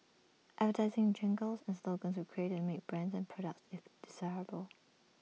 advertising jingles and slogans were created to make brands and products if desirable